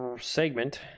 segment